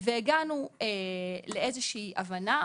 והגענו לאיזושהי הבנה,